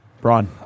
Braun